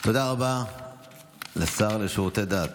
תודה רבה לשר לשירותי דת